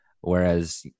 Whereas